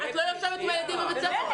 את לא יושבת עם הילדים בבית הספר,